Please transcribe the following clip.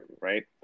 Right